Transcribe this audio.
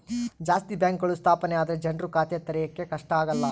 ಜಾಸ್ತಿ ಬ್ಯಾಂಕ್ಗಳು ಸ್ಥಾಪನೆ ಆದ್ರೆ ಜನ್ರು ಖಾತೆ ತೆರಿಯಕ್ಕೆ ಕಷ್ಟ ಆಗಲ್ಲ